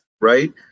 right